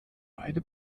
beide